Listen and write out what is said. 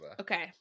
okay